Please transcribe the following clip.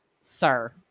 Sir